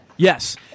Yes